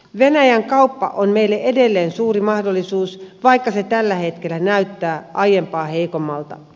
venäjän kauppa on meille edelleen suuri mahdollisuus vaikka se tällä hetkellä näyttää aiempaa heikommalta